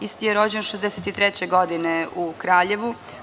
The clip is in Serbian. Isti je rođen 1963. godine u Kraljevu.